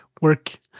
work